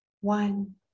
one